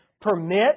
permit